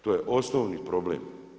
To je osnovni problem.